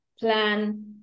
plan